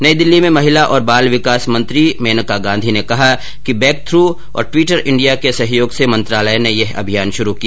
नई दिल्ली में महिला और बाल विकास मंत्री मेनका गांधी ने कहा कि ब्रेकथ्रू और ट्विटर इंडिया के सहयोग से मंत्रालय ने यह अभियान शुरू किया